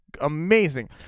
amazing